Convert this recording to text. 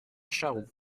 charroux